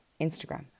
Instagram